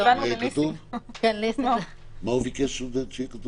אם היה כתוב "...לאמת את פרטי הזיהוי של מקבל השירות המפורטים